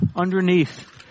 underneath